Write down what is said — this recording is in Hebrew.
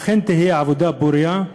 שאכן תהיה עבודה פורייה.